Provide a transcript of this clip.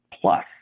Plus